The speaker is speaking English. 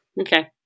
Okay